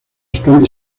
están